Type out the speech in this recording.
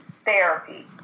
Therapy